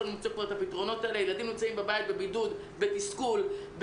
ילדים נמצאים בבית בבידוד, בתסכול.